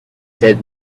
dead